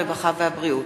הרווחה והבריאות.